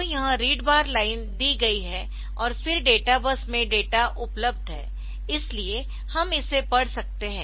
तो यह read bar line दी गई है और फिर डेटा बस में डेटा उपलब्ध है इसलिए हम इसे पढ़ सकते है